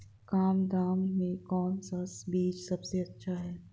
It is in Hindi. कम दाम में कौन सा बीज सबसे अच्छा है?